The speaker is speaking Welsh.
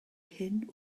hyn